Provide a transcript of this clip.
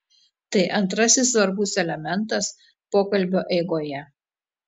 tai antrasis svarbus elementas pokalbio eigoje